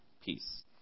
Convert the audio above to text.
peace